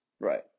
Right